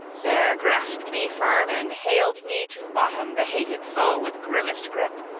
there grasped me firm and haled me to bottom the hated foe, with grimmest gripe.